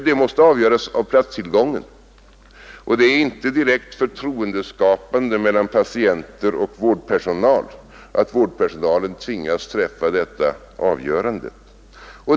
Det måste avgöras av platstillgången, och det skapar inte direkt förtroende mellan patienter och vårdpersonal att vårdpersonalen tvingas träffa detta avgörande.